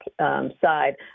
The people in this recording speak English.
side